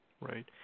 Right